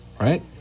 Right